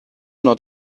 not